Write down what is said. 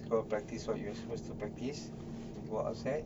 practise what you were supposed to practise you go outside